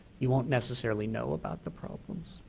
you won't necessarily know about the problems.